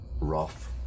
rough